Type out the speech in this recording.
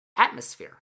Atmosphere